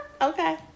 Okay